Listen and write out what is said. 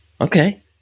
Okay